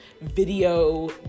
video